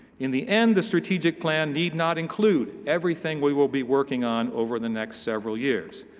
in the end, the strategic plan need not include everything we will be working on over the next several years.